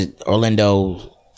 Orlando